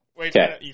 Okay